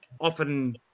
often